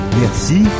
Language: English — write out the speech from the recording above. merci